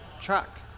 truck